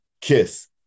kiss